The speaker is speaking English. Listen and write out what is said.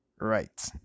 right